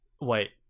Wait